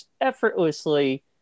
effortlessly